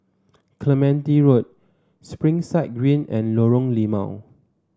Clementi Road Springside Green and Lorong Limau